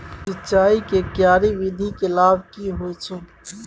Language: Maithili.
सिंचाई के क्यारी विधी के लाभ की होय छै?